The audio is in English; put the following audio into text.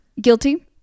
Guilty